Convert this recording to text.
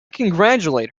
congratulate